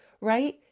right